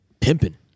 pimping